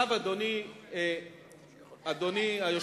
איפה